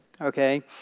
Okay